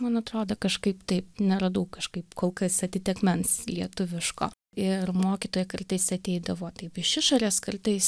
man atrodo kažkaip taip neradau kažkaip kol kas atitikmens lietuviško ir mokytojai kartais ateidavo taip iš išorės kartais